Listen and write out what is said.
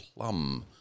plum